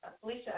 Felicia